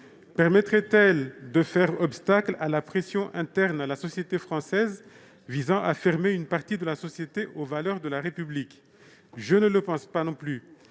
Permettrait-elle de faire obstacle à la pression interne à la société française visant à fermer une partie de la société aux valeurs de la République ? Je ne le pense pas non plus.